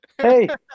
Hey